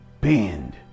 bend